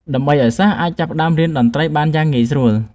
ដើម្បីឲ្យសិស្សអាចចាប់ផ្តើមរៀនតន្ត្រីបានងាយស្រួល។